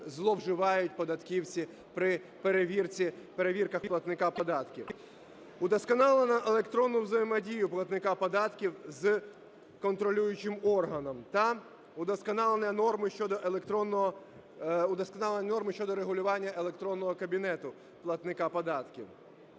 зловживають податківці при перевірках платника податків. Удосконалено електронну взаємодію платника податків з контролюючим органом та удосконалені норми щодо регулювання електронного кабінету платника податків.